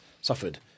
Suffered